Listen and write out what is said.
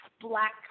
black